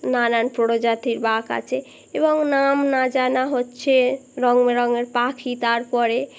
নানান প্রজাতির বাঘ আছে এবং নাম না জানা হচ্ছে রঙ বেরঙের পাখি তারপরে